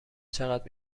چقدر